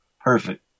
Perfect